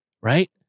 Right